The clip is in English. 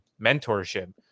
mentorship